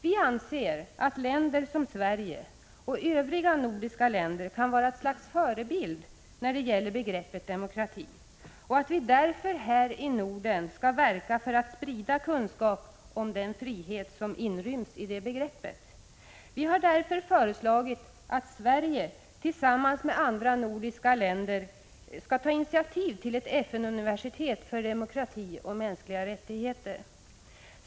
Vi anser att länder som Sverige och övriga nordiska länder kan vara ett slags förebild när det gäller begreppet demokrati och att vi därför här i Norden skall verka för att sprida kunskap om den frihet som inryms i det begreppet. Vi har därför föreslagit att Sverige tillsammans med andra nordiska länder skall ta initiativ till ett FN-universitet för demokrati och mänskliga rättigheter.